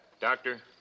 doctor